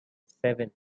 seven